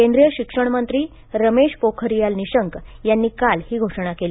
केंद्रीय शिक्षण मंत्री रमेश पोखरीयाल निशंक यांनी काल ही घोषणा केली